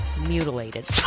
mutilated